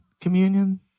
communion